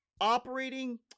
operating